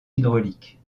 hydraulique